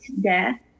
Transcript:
death